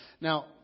Now